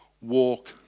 Walk